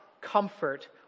comfort